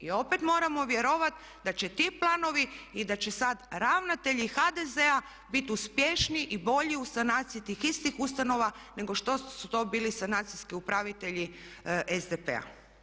I opet moramo vjerovati da će ti planovi i da će sada ravnatelji HDZ-a biti uspješniji i bolji u sanaciji tih istih ustanova nego što su to bili sanacijski upravitelji SDP-a.